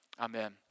amen